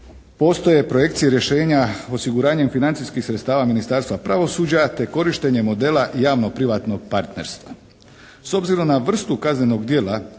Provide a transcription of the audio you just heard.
Postoje projekcije rješenja osiguranjem financijskih sredstava Ministarstva pravosuđa te korištenje modela javno-privatnog partnerstva. S obzirom na vrstu kaznenog djela